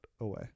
away